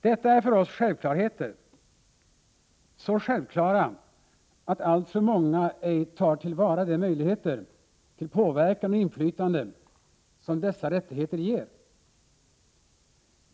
Detta är för oss självklarheter — så självklara att alltför många ej tar till vara de möjligheter till påverkan och inflytande som dessa rättigheter ger.